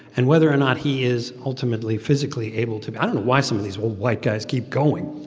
and whether or not he is ultimately physically able to i don't know why some of these white guys keep going